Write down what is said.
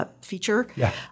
feature